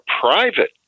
private